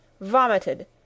vomited